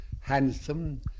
handsome